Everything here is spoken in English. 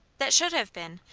that should have been,